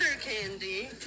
Candy